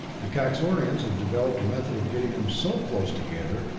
the kaxorians have developed a method of getting them so close together,